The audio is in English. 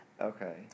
Okay